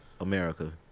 America